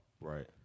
Right